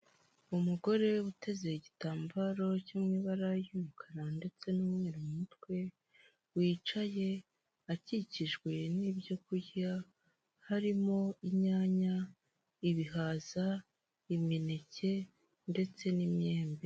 Umugore uteze igitambaro cyo mu ibara ry'umukara ndetse n'umweru mu mutwe, wicaye akikijwe n'ibyo kurya, harimo inyanya, ibihaza, ndetse n'imyembe.